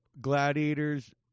gladiators